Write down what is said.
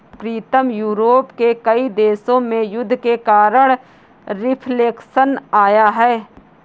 प्रीतम Europe के कई देशों में युद्ध के कारण रिफ्लेक्शन लाया गया है